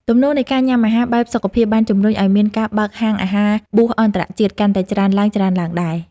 ទំនោរនៃការញ៉ាំអាហារបែបសុខភាពបានជំរុញឱ្យមានការបើកហាងអាហារបួសអន្តរជាតិកាន់តែច្រើនឡើងៗដែរ។